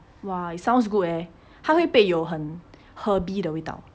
!wah! it sounds good eh 他会不会有很 herbal 的味道